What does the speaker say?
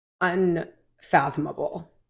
unfathomable